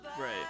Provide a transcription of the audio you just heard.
Right